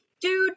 Dude